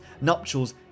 nuptials